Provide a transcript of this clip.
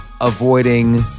avoiding